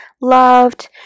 loved